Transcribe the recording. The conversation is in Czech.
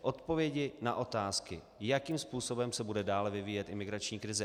Odpovědi na otázky, jakým způsobem se bude dále vyvíjet imigrační krize.